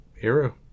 Arrow